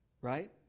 right